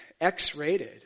X-rated